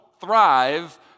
thrive